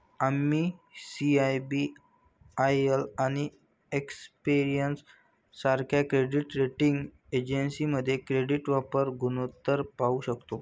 आम्ही सी.आय.बी.आय.एल आणि एक्सपेरियन सारख्या क्रेडिट रेटिंग एजन्सीमध्ये क्रेडिट वापर गुणोत्तर पाहू शकतो